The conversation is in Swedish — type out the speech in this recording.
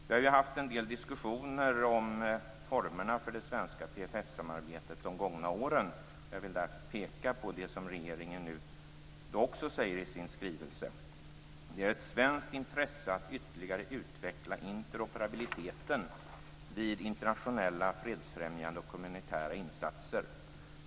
Vi har ju haft en del diskussioner om formerna för det svenska PFF-samarbetet de gångna åren, och jag vill därför peka på något regeringen också säger i sin skrivelse: Det är ett svenskt intresse att ytterligare utveckla interoperabiliteten vid internationella fredsfrämjande och humanitära insatser.